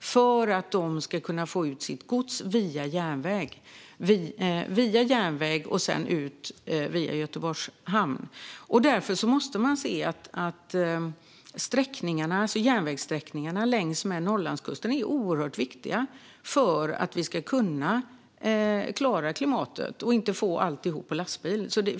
för att de ska kunna få ut sitt gods via järnväg och sedan ut via Göteborgs hamn. Järnvägssträckningarna längs Norrlandskusten är oerhört viktiga för att vi ska klara klimatet och inte få alltihop på lastbil.